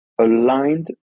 aligned